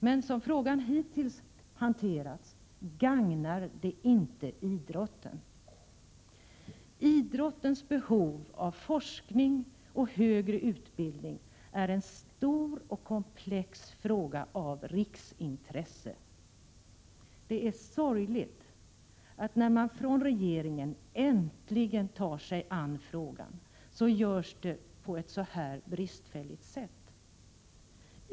Men som frågan hittills hanterats gagnas inte idrotten. Idrottens behov av forskning och högre utbildning är en stor och komplex fråga av riksintresse. Det är sorgligt att när man från regeringen äntligen tar sig an frågan, görs det på ett så här bristfälligt sätt.